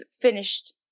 finished